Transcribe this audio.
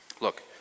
Look